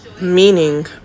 meaning